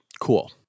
Cool